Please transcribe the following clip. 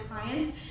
clients